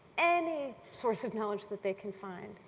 any source of knowledge that they can find,